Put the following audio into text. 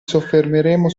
soffermeremo